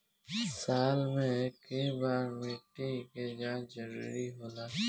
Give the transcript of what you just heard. साल में केय बार मिट्टी के जाँच जरूरी होला?